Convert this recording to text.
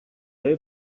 های